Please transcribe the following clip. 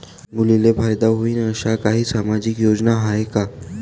मुलींले फायदा होईन अशा काही सामाजिक योजना हाय का?